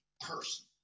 person